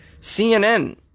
CNN